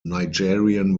nigerian